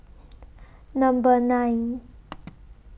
Number nine